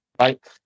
right